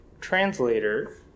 translator